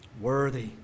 Worthy